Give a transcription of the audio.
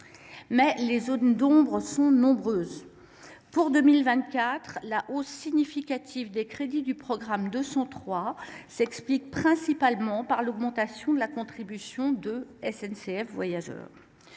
les zones d’ombre restent nombreuses. Premièrement, pour 2024, la hausse significative des crédits du programme 203 s’explique principalement par l’augmentation de la contribution de SNCF Voyageurs.